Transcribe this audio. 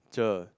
cher